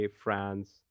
France